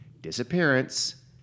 disappearance